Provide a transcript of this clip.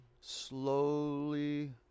Slowly